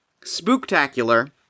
Spooktacular